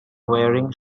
wearing